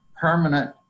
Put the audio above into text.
permanent